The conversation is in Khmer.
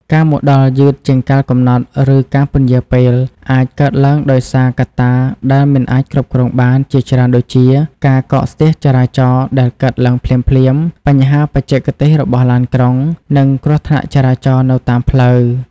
ការមកដល់យឺតជាងកាលកំណត់ ឬការពន្យារពេល អាចកើតឡើងដោយសារ កត្តាដែលមិនអាចគ្រប់គ្រងបាន ជាច្រើនដូចជា ការកកស្ទះចរាចរណ៍ដែលកើតឡើងភ្លាមៗ បញ្ហាបច្ចេកទេសរបស់ឡានក្រុង និងគ្រោះថ្នាក់ចរាចរណ៍នៅតាមផ្លូវ។